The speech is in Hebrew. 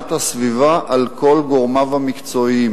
להגנת הסביבה על כל גורמיו המקצועיים.